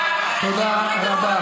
תודה רבה.